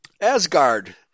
Asgard